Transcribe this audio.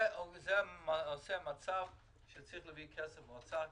זה יוצר מצב שצריך להביא כסף מן האוצר.